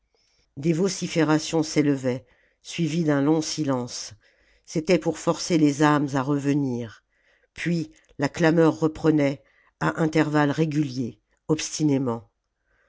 des vociférations s'élevaient suivies d'un long silence c'était pour forcer les âmes à revenir puis la clameur reprenait à intervalles réguliers obstinément